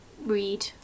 read